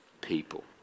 people